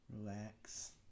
relax